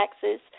taxes